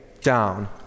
down